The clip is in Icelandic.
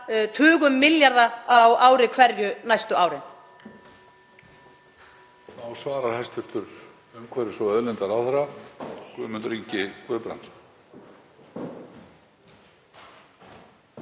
tugum milljarða á ári hverju næstu árin.